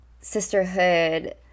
sisterhood